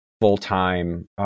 full-time